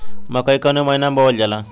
मकई कवने महीना में बोवल जाला?